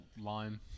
lime